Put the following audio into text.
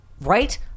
Right